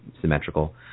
symmetrical